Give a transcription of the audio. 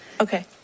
Okay